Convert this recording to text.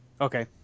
okay